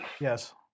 yes